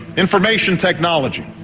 information technology,